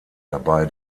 dabei